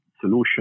solution